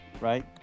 right